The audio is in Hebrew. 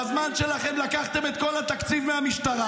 בזמן שלכם לקחתם את כל התקציב מהמשטרה,